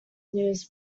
news